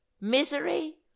misery